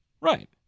right